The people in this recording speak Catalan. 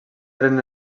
eren